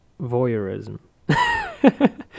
voyeurism